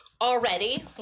already